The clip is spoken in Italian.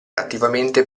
attivamente